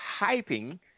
hyping